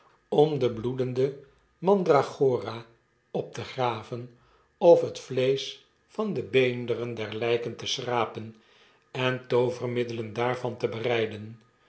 om de bloedende mandragora op te graven of het vleesch van de beenderen der lijken te schrapen en toovermiddelen daarvan te bereiden